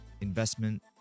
investment